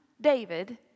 David